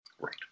Right